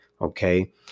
okay